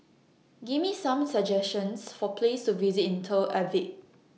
Give Me Some suggestions For Places to visit in Tel Aviv